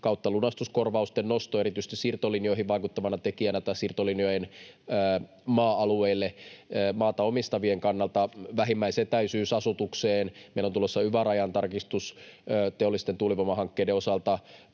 kautta lunastuskorvausten nosto erityisesti siirtolinjoihin vaikuttavana tekijänä tai siirtolinjojen maa-alueille, maata omistavien kannalta vähimmäisetäisyys asutukseen. Meillä on tulossa yva-rajan tarkistus teollisten tuulivoimahankkeiden osalta,